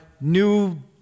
new